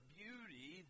beauty